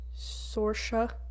Sorsha